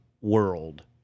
world